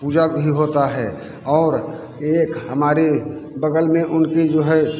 पूजा भी होता है और एक हमारे बगल में उनके जो है